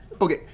Okay